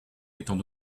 étant